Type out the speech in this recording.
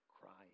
crying